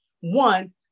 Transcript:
one